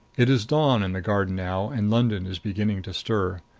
it is dawn in the garden now and london is beginning to stir.